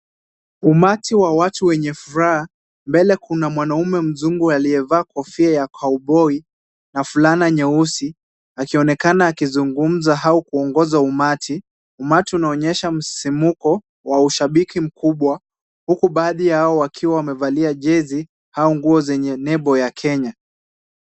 Umati wa watu wenye furaha, mbele kuna mwanaume mzungu aliyevaa kofia ya kaoboi na fulana nyeusi, akionekana akizungumza au kuongoza umati, umati naonyesha msisimko wa ushabiki mkubwa huku baadhi yao wakiwa wamevalia jezi au nguo zenye nembo ya Kenya.